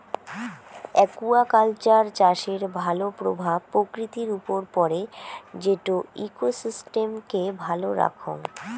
aquaculture চাষের ভাল প্রভাব প্রকৃতির উপর পড়ে যেটো ইকোসিস্টেমকে ভালো রাখঙ